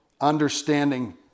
Understanding